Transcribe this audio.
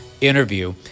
interview